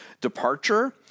departure